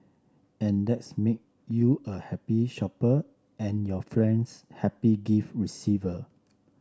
and that's make you a happy shopper and your friends happy gift receiver